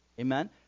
amen